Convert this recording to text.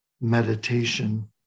meditation